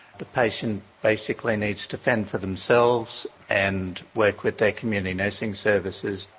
the patient basically needs to fend for themselves and work with their community nursing services.